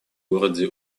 городе